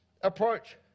approach